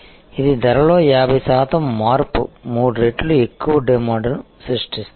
ఇది ధరలో 50 శాతం మార్పు 3 రెట్లు ఎక్కువ డిమాండ్ను సృష్టిస్తుంది